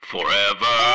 forever